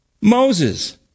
Moses